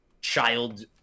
child